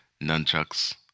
Nunchucks